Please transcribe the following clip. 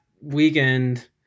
weekend